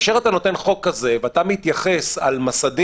כאשר אתה נותן חוק כזה ואתה מתייחס למסדים